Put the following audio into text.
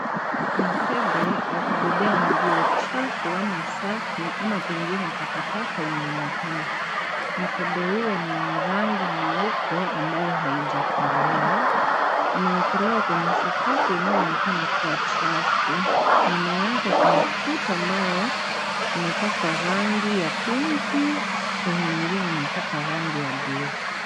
Mkebe wa kubeba nguo chafu ama safi ama pengine takataka unaonekana. Mkebe huo ni wa rangi nyeupe ambayo haijakolea. Umewekelewa kwenye sakafu inayoonekana kuwa chafu. Nyuma yake kuna kuta ambayo imepakwa rangi ya pinki sehemu ingine imepakwa rangi ya bluu.